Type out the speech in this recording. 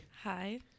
Hi